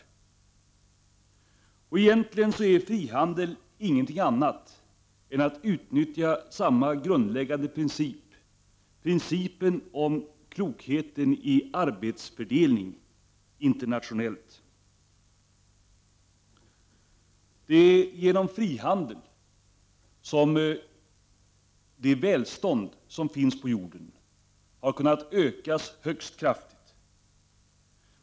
Egentligen är frihandel ingenting annat än att utnyttja samma grundläggande princip, principen om klokheten i arbetsfördelning internationellt. Det är genom frihandeln som det välstånd som finns på jorden har kunnat öka högst kraftigt.